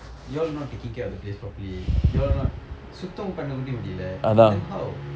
you all not taking care of the place properly you all not சுத்தம் பண்ண கூட முடியல:suttham panna kuuda mudiyla then how